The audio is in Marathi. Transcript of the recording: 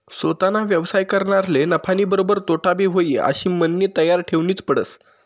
सोताना व्यवसाय करनारले नफानीबरोबर तोटाबी व्हयी आशी मननी तयारी ठेवनीच पडस